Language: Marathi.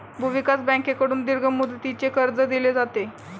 भूविकास बँकेकडून दीर्घ मुदतीचे कर्ज दिले जाते